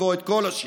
לקרוא את כל השיר.